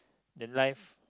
the life